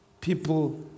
people